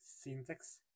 syntax